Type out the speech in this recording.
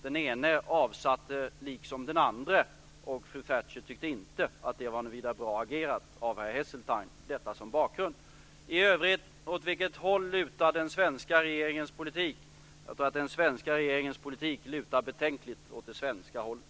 Den ene avsatte liksom den andre, och fru Thatcher tyckte inte att det var något vidare bra agerat av herr Heseltine. Detta sagt som bakgrund. När det för övrigt gäller åt vilket håll den svenska regeringens politik lutar, så lutar den betänkligt åt det svenska hållet.